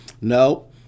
No